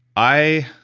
i.